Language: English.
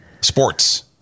sports